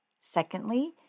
Secondly